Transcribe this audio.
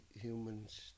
humans